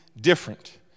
different